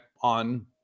on